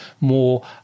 more